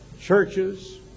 churches